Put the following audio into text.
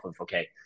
Okay